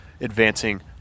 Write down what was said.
advancing